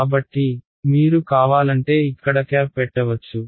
కాబట్టి మీరు కావాలంటే ఇక్కడ క్యాప్ పెట్టవచ్చు